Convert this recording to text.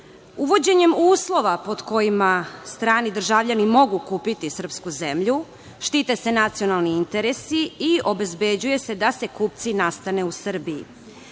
Uvođenjem uslova pod kojima strani državljani mogu kupiti srpsku zemlju štite se nacionalni interesi i obezbeđuje se da se kupci nastane u Srbiji.